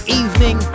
evening